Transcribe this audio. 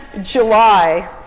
July